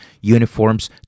uniforms